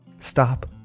stop